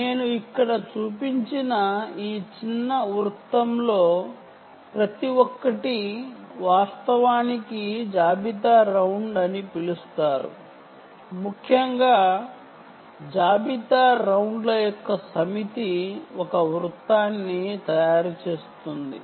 నేను ఇక్కడ చూపించిన ఈ చిన్న వృత్తంలో ప్రతి ఒక్కటి వాస్తవానికి ఇన్వెంటరీ రౌండ్ అని పిలుస్తారు ముఖ్యంగా ఇన్వెంటరీ రౌండ్ల యొక్క సమితి ఒక వృత్తాన్ని తయారుచేస్తుంది